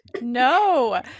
No